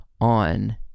on